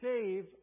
save